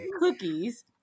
cookies